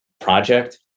project